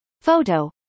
Photo